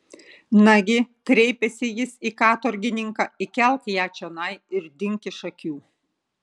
nagi kreipėsi jis į katorgininką įkelk ją čionai ir dink iš akių